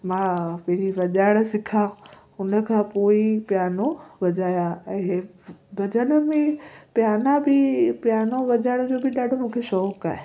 मां पहिरीं वॼाइण सिखां हुन खां पोइ ई प्यानो वॼाया ऐं इहे भॼन में प्याना बि प्यानो वॼाइण में जो बि ॾाढो मूंखे शौक़ु आहे